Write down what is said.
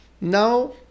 now